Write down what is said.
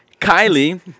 Kylie